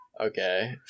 Okay